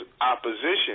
opposition